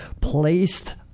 placed